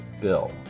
Bill